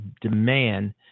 demand